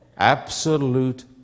Absolute